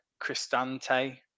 Cristante